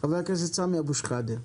חבר הכנסת סמי אבו שחאדה.